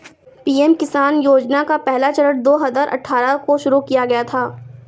PM Kisan योजना का पहला चरण दो हज़ार अठ्ठारह को शुरू किया गया था